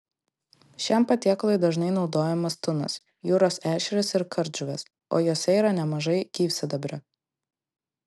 šiam patiekalui dažnai naudojamas tunas jūros ešerys ir kardžuvė o jose yra nemažai gyvsidabrio